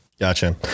Gotcha